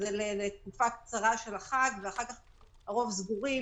זה לתקופה קצרה של החג ואחר כך הרוב סגורים.